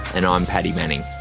and i'm paddy manning